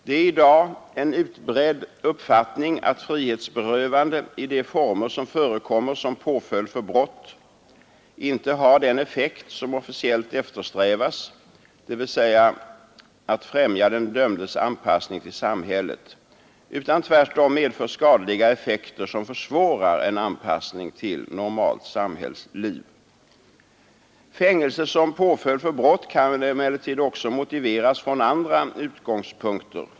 Det är i dag en utbredd uppfattning att frihetsberövande i former som förekommer som påföljd på brott inte har den effekt som officiellt eftersträvas — dvs. främja den dömdes anpassning till samhället — utan tvärtom medför skadliga effekter som försvårar en anpassning till normalt samhällsliv. Fängelse som påföljd på brott kan emellertid också motiveras från andra utgångspunkter.